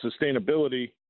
sustainability